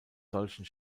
solchen